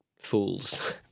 fools